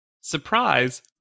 surprise